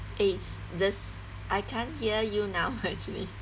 eh this I can't hear you now actually